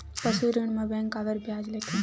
पशु ऋण म बैंक काबर ब्याज लेथे?